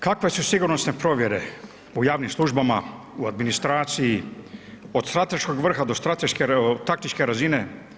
Kakve su sigurnosne provjere u javnim službama, u administraciji od strateškog vrha do strateške, taktičke razine?